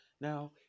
Now